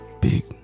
big